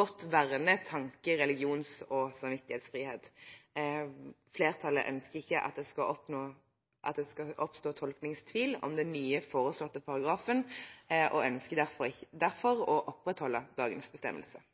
godt verner tanke-, religions- og samvittighetsfrihet. Flertallet ønsker ikke at det skal oppstå tolkningstvil om den nye foreslåtte paragrafen, og ønsker derfor å opprettholde dagens bestemmelse.